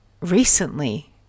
recently